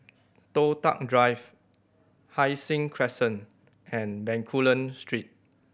Toh Tuck Drive Hai Sing Crescent and Bencoolen Street